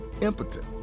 impotent